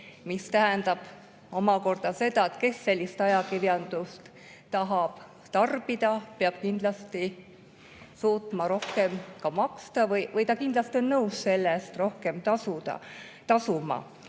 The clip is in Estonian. See tähendab omakorda seda, et kes sellist ajakirjandust tahab tarbida, peab kindlasti suutma rohkem maksta või ta on nõus selle eest rohkem tasuma.